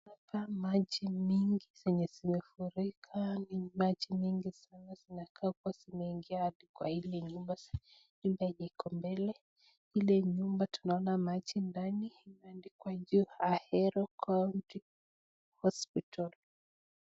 Hapa maji zenye zimefurika ni maji mingi sana zinakaa kuwa zimeingia hafi kwa hili nyumba nyumba yenye iko mbele ile nyumba tunaona maji ndani imeandikwa juu ahero county hospital.